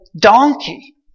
donkey